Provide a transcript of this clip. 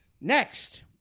Next